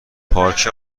پارکه